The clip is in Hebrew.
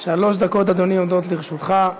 שלוש דקות, אדוני, עומדות לרשותך.